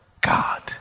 God